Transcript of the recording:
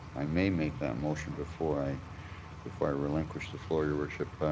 i may make that motion before i before i relinquish the floor, your worship.